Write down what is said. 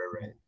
right